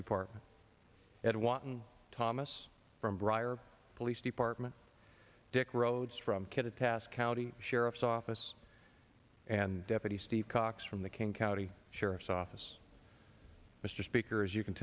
department at wanton thomas from briar police department dick road from kit a task county sheriff's office and deputy steve cox from the king county sheriff's office mr speaker as you can